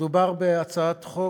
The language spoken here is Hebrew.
מדובר בהצעת חוק